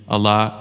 Allah